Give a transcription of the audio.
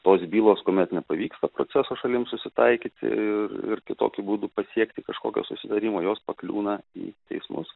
tos bylos kuomet nepavyksta proceso šalims susitaikyti ir ir kitokiu būdu pasiekti kažkokio susitarimo jos pakliūna į teismus